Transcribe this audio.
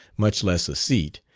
much less a seat,